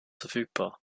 verfügbar